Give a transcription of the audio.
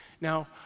Now